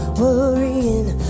worrying